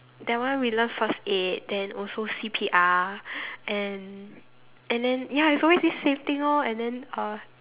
that one we learn first aid then also C_P_R and and then ya it's always this same thing lor and then uh